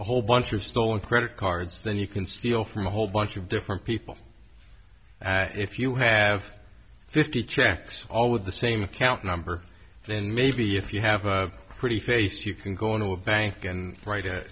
a whole bunch of stolen credit cards then you can steal from a whole bunch of different people if you have fifty checks all with the same account number then maybe if you have a pretty face you can go into a bank and wri